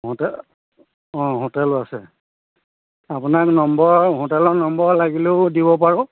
hotel অঁ হোটেলো আছে আপোনাক নম্বৰ হোটেলৰ নম্বৰ লাগিলেও দিব পাৰোঁ